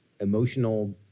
emotional